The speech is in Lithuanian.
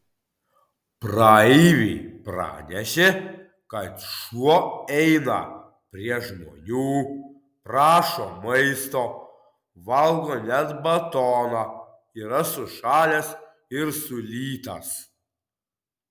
praeiviai pranešė kad šuo eina prie žmonių prašo maisto valgo net batoną yra sušalęs ir sulytas